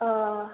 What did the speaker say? अ